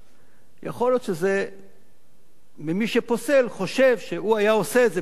יכול להיות שמי שפוסל חושב שהוא היה עושה את זה בגלל פריימריז,